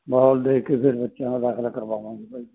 ਮਾਹੌਲ ਦੇਖ ਕੇ ਫਿਰ ਬੱਚਿਆਂ ਦਾ ਦਾਖਲਾ ਕਰਵਾਵਾਂਗੇ ਭਾਈ